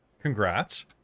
Congrats